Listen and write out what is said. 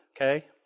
Okay